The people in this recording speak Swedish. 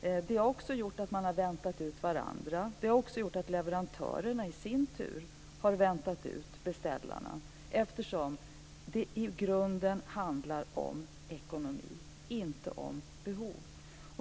Det har gjort att man väntat ut varandra. Det har också gjort att leverantörerna i sin tur har väntat ut beställarna, eftersom det i grunden handlar om ekonomi, inte om behov.